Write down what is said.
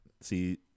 See